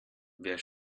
wer